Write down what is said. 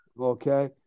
Okay